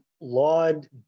laud